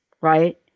right